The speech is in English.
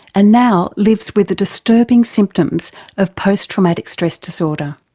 and now lives with the disturbing symptoms of post-traumatic stress disorder.